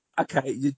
Okay